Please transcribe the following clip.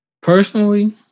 Personally